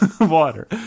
Water